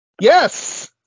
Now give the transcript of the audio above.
Yes